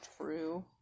true